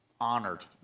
honored